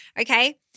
okay